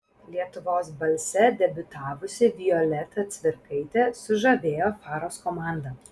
lietuvos balse debiutavusi violeta cvirkaitė sužavėjo faros komandą